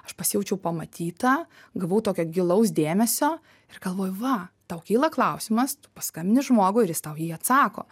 aš pasijaučiau pamatyta gavau tokio gilaus dėmesio ir galvoju va tau kyla klausimas tu paskambini žmogui ir jis tau į jį atsako